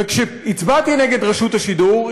וכשהצבעתי נגד רשות השידור,